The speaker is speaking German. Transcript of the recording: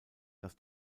das